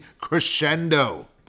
crescendo